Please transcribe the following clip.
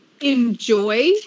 enjoy